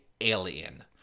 alien